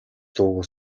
дуугүй